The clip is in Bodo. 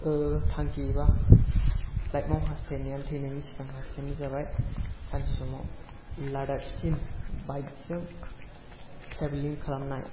थांखि बा लाइफाव हास्थायनाया थैनायनि सिगां हास्थायनाया जाबाय सानसे समाव लाडाखसिम बाइक जों ट्रेभेलिं खालामनाय